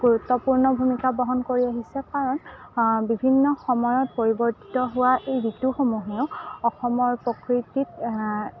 গুৰুত্বপূৰ্ণ ভূমিকা বহন কৰি আহিছে কাৰণ বিভিন্ন কাৰণত পৰিৱৰ্তিত হোৱা এই ঋতুসমূহেও অসমৰ প্ৰকৃতিক